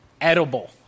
edible